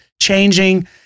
changing